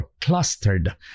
clustered